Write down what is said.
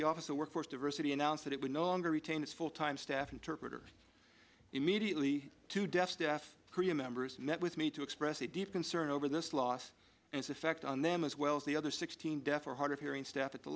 the office of workforce diversity announced that it would no longer retain its full time staff interpreter immediately to dest af korea members met with me to express a deep concern over this loss and effect on them as well as the other sixteen deaf or hard of hearing staff at the